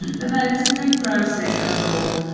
but no, it was a good process overall.